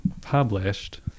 published